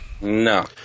No